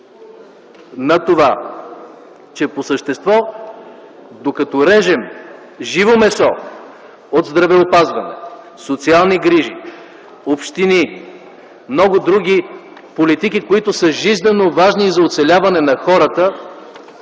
на това, че по същество докато режем живо месо от здравеопазването, социални грижи, общини, много други политики, които са жизненоважни за оцеляване на хората,